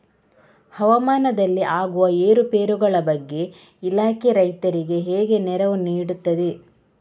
ಹವಾಮಾನದಲ್ಲಿ ಆಗುವ ಏರುಪೇರುಗಳ ಬಗ್ಗೆ ಇಲಾಖೆ ರೈತರಿಗೆ ಹೇಗೆ ನೆರವು ನೀಡ್ತದೆ?